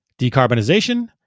decarbonization